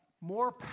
more